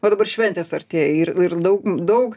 va dabar šventės artėja ir ir daug daug